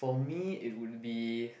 for me it would be